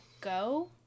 go